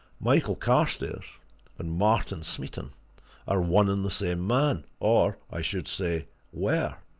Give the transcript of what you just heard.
michael carstairs and martin smeaton are one and the same man or, i should say, were!